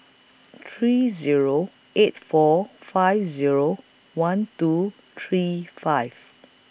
three Zero eight four five Zero one two three five